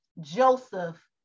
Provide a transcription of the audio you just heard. Joseph